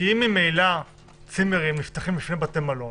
כי אם ממילא צימרים נפתחים לפני בתי מלון,